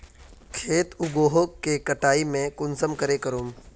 खेत उगोहो के कटाई में कुंसम करे करूम?